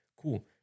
Cool